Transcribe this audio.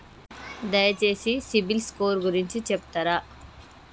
దయచేసి CIBIL score గురించి చెప్తరా?